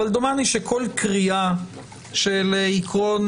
אבל דומני שכל קריאה של עקרון,